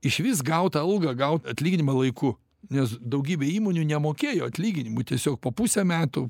išvis gaut algą gaut atlyginimą laiku nes daugybė įmonių nemokėjo atlyginimų tiesiog po pusę metų